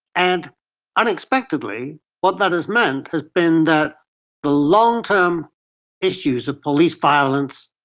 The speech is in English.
and unexpectedly what that has meant has been that the long-term issues of police violence,